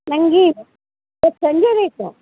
ನಂಗೆ ಅದು ಸಂಜೆ ಬೇಕು